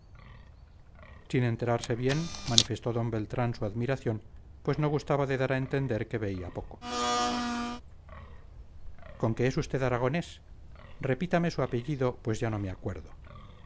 sin enterarse bien manifestó d beltrán su admiración pues no gustaba de dar a entender que veía poco con que es usted aragonés repítame su apellido pues ya no me acuerdo